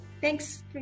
Thanks